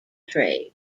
trade